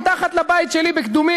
מתחת לבית שלי בקדומים,